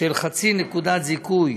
של 0.5 נקודת זיכוי